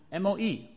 MOE